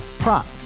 Prop